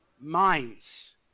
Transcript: minds